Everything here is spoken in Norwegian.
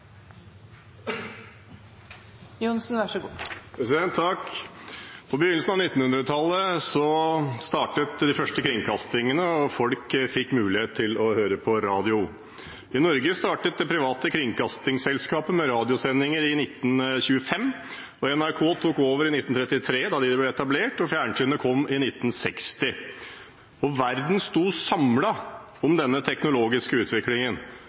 På begynnelsen av 1900-tallet startet de første kringkastingene, og folk fikk mulighet til å høre på radio. I Norge startet det private kringkastingsselskapet med radiosendinger i 1925, NRK tok over i 1933, da de ble etablert, og fjernsynet kom i 1960. Verden sto samlet om denne teknologiske utviklingen.